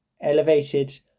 elevated